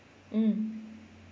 mm